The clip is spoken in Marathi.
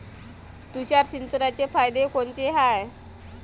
तुषार सिंचनाचे फायदे कोनचे हाये?